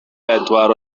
bedwar